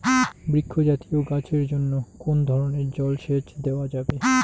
বৃক্ষ জাতীয় গাছের জন্য কোন ধরণের জল সেচ দেওয়া যাবে?